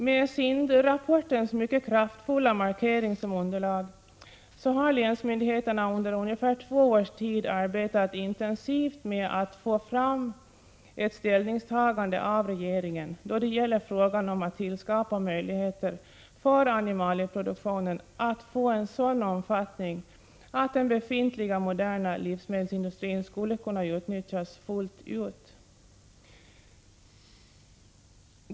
Med SIND-rapportens mycket kraftfulla markering som underlag har länsmyndigheterna under ungefär två års tid arbetat intensivt för att få fram ett ställningstagande av regeringen då det gäller frågan om att skapa möjligheter för animalieproduktionen att få en sådan omfattning att den befintliga moderna livsmedelsindustrin skulle kunna utnyttjas fullt ut.